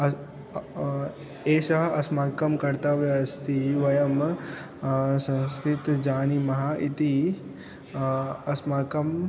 एषः अस्माकं कर्तव्यमस्ति वयं संस्कृतं जानीमः इति अस्माकम्